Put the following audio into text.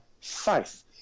faith